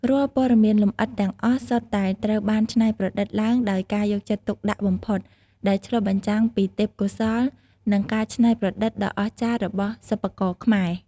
រាល់ព័ត៌មានលម្អិតទាំងអស់សុទ្ធតែត្រូវបានច្នៃប្រឌិតឡើងដោយការយកចិត្តទុកដាក់បំផុត ដែលឆ្លុះបញ្ចាំងពីទេពកោសល្យ និងការច្នៃប្រឌិតដ៏អស្ចារ្យរបស់សិប្បករខ្មែរ។